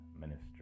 ministry